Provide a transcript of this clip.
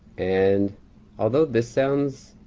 and although this sounds